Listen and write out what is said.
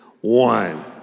One